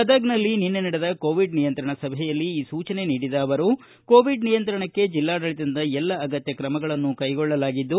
ಗದಗನಲ್ಲಿ ನಿನ್ನೆ ನಡೆದ ಕೋವಿಡ್ ನಿಯಂತ್ರಣ ಸಭೆಯಲ್ಲಿ ಈ ಸೂಚನೆ ನೀಡಿದ ಅವರು ಕೋವಿಡ್ ನಿಯಂತ್ರಣಕ್ಕೆ ಜಿಲ್ಲಾಡಳಿತದಿಂದ ಎಲ್ಲ ಅಗತ್ಯ ಕ್ರಮಗಳನ್ನು ಕೈಗೊಳ್ಳಲಾಗಿದ್ದು